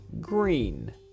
Green